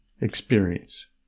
experience